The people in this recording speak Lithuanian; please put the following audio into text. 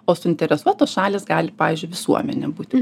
o suinteresuotos šalys gali pavyzdžiui visuomenė būti